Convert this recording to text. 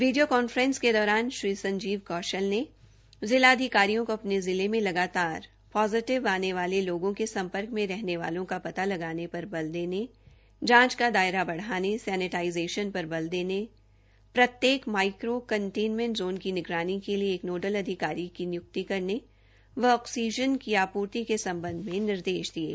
video conference के दौरान श्री संजीव कौशल ने जिलाधिकारियों को अपने जिले में लगातार पोजिटिव आने वाले लोगों के सम्पर्क में रहने वालों का पता लगाने पर बल देने जांच का दायरा बढ़ाने सेनेटाईजेशन पर बल देने हर माइक्रो कंटेनमेंट जोन की निगरानी के लिए एक नोडल अधिकारी की निय्क्ति करने व ऑक्सीजन की आपूर्ति के संबंध में निर्देश दिये